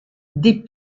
des